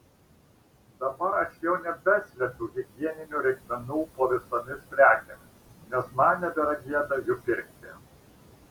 dabar aš jau nebeslepiu higieninių reikmenų po visomis prekėmis nes man nebėra gėda jų pirkti